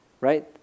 right